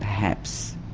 perhaps,